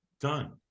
done